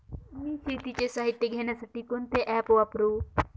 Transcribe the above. मी शेतीचे साहित्य घेण्यासाठी कोणते ॲप वापरु?